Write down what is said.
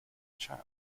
child